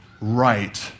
right